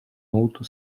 auto